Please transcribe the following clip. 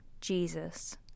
Jesus